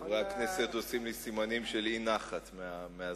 חברי הכנסת עושים לי סימנים של אי-נחת מהזמן.